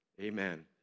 Amen